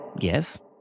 Yes